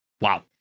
Wow